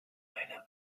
meiner